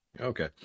Okay